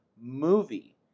movie